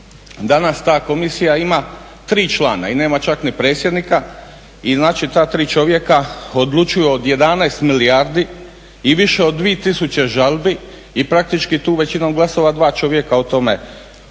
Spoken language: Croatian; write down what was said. Danas ta komisija ima tri člana i nema čak ni predsjednika i ta tri čovjeka odlučuju od 11 milijardi i više od dvije tisuće žalbi i praktički tu većinom glasova dva čovjeka o tome